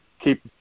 keep